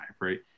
right